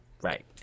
Right